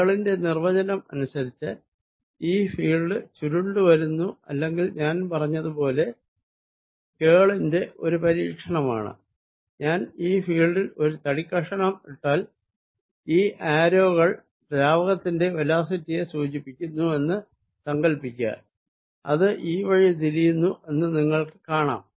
കേൾ ന്റെ നിർവചനം അനുസരിച്ച് ഈ ഫീൽഡ് ചുരുണ്ടു വരുന്നു അല്ലെങ്കിൽ ഞാൻ പറഞ്ഞത് പോലെ കേൾന്റെ ഒരു പരീക്ഷണമാണ് ഞാൻ ഈ ഫീൽഡിൽ ഒരു തടിക്കഷണം ഇട്ടാൽ ഈ ആരോകൾ ദ്രാവകത്തിന്റെ വെലോസിറ്റിയെ സൂചിപ്പിക്കുന്നു എന്ന് സങ്കൽപ്പിക്കുക ഇത് ഈ വഴി തിരിയുന്നു എന്ന് നിങ്ങൾക്ക് കാണാം